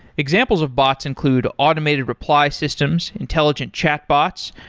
examples of bots include automated reply systems, intelligent chatbots,